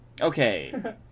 okay